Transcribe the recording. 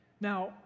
Now